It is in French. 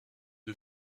est